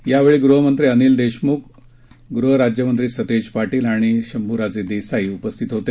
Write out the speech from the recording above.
यावेळी गृहमंत्री अनिल देशमुख गृह राज्यमंत्री सतेज पाटील आणि शंभुराजे देसाई उपस्थित होते